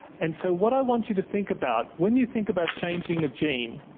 and so what i want you to think about, when you think about changing a gene,